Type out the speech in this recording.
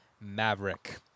Maverick